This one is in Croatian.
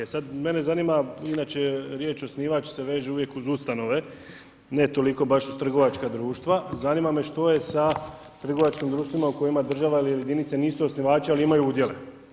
E sad, mene zanima inače, riječ osnivač se veže uvijek uz ustanove, ne toliko baš uz trgovačka društva, zanima me što je sa trgovačkim društvima u kojima država ili jedinice nisu osnivači, ali imaju udjele.